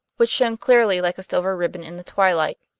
which shone clearly like a silver ribbon in the twilight.